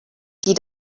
die